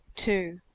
Two